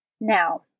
Now